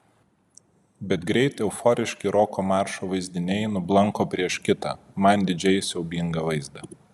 bet greit euforiški roko maršo vaizdiniai nublanko prieš kitą man didžiai siaubingą vaizdą